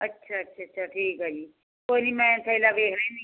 ਅੱਛਾ ਅੱਛਾ ਠੀਕ ਆ ਜੀ ਕੋਈ ਨਹੀਂ ਮੈਂ ਪਹਿਲਾਂ ਵੇਖ ਲੈਂਦੀ ਹਾਂ